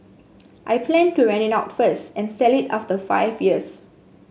I plan to rent it out first and sell it after five years